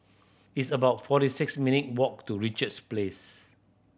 it's about forty six minute walk to Richards Place